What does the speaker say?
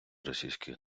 російських